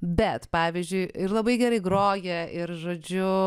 bet pavyzdžiui ir labai gerai groja ir žodžiu